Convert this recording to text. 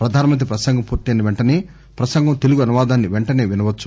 ప్రధానమంత్రి ప్రసంగం పూర్తయిన వెంటసే ప్రసంగం తెలుగు అనువాదాన్ని పెంటసే వినవచ్చు